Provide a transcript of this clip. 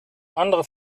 andere